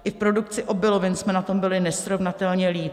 I v produkci obilovin jsme na tom byli nesrovnatelně líp.